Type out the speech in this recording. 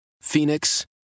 Phoenix